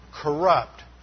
corrupt